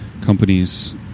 companies